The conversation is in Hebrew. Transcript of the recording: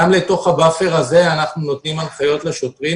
גם לתוך הבאפר הזה אנחנו נותנים הנחיות לשוטרים.